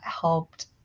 helped